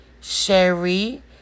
Sherry